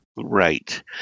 Right